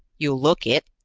you look it,